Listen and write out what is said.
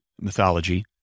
mythology